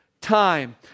time